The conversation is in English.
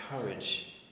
courage